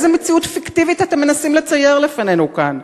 איזה מציאות פיקטיבית אתם מנסים לצייר לפנינו כאן?